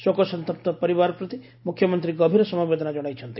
ଶୋକସନ୍ତପ୍ତ ପରିବାର ପ୍ରତି ମୁଖ୍ୟମନ୍ତୀ ଗଭୀର ସମବେଦନା ଜଣାଇଛନ୍ତି